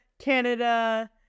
canada